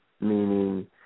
Meaning